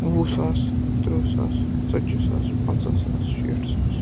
وُہ ساس تٕرٛہ ساس ژَتجی ساس پَنٛژاہ ساس شیٹھ ساس